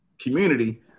community